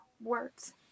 words